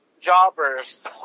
Jobbers